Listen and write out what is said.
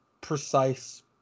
precise